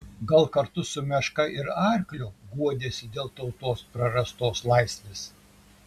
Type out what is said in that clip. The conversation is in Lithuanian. gal kartu su meška ir arkliu guodėsi dėl tautos prarastos laisvės